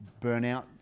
burnout